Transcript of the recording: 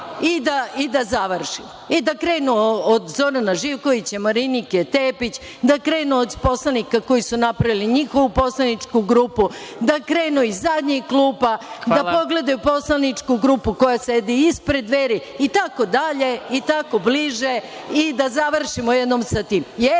i da završimo, i da krenu od Zorana Živkovića, Marinike Tepić, da krenu od poslanika koji su napravili njihovu poslaničku grupu, da krenu iz zadnjih klupa, da pogledaju poslaničku grupu koja sedi ispred Dveri itd, i tako bliže, i da završimo jednom sa tim.